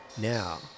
Now